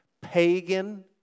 pagan